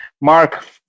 Mark